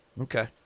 okay